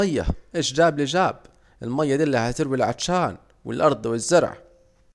المياه ايش جاب لجاب، المياه الي هتروي العطشان والارض والزرع